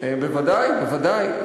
בוודאי, בוודאי.